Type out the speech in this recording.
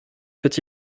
peut